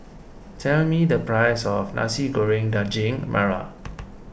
tell me the price of Nasi Goreng Daging Merah